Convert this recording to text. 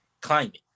climate